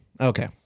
Okay